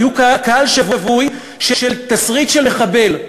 היו קהל שבוי של תסריט של מחבל,